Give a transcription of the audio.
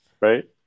right